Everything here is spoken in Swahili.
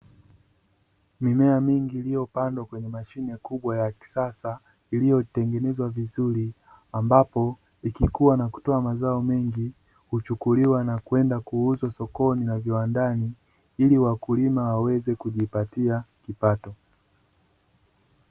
Mimea mingi iliyopandwa kwenye mashine kubwa ya kisasa iliyotengenezwa vizuri ambapo, ikikua na kutoa mazao mengi huchukuliwa na kwenda kuuza sokoni na viwandani ili wakulima waweze kujipatia kipato.